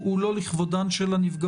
הוא לא לכבודן של הנפגעות,